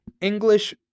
English